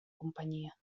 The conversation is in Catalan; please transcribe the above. companyia